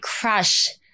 crush